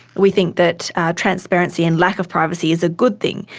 we think that transparency and lack of privacy is a good thing.